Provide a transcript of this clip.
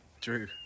Drew